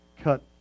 cut